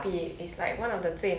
no